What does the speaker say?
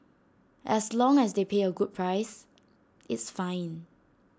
as long as they pay A good price it's fine